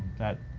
that,